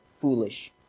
foolish